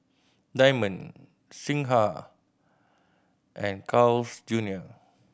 Diamond Singha and Carl's Junior